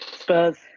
Spurs